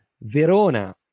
Verona